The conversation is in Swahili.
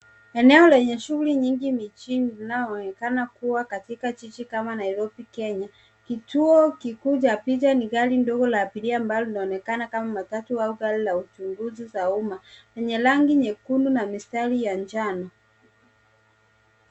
Eneo lenye shughuli nyingi mjini inayoonekena kuwa katika jiji kama Nairobi, Kenya. Kituo kikuu cha picha ni gari ndogo la abiria ambalo linaonekana kama matatu au gari la uchunguzi za umma lenye rangi nyekundu na mistari ya njano.